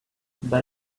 but